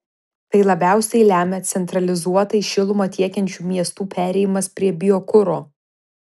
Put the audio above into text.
tai labiausiai lemia centralizuotai šilumą tiekiančių miestų perėjimas prie biokuro